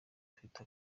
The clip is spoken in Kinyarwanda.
afite